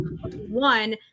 one